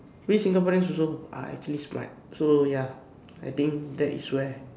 we Singaporeans also are actually smart so ya I think that is where